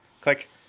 click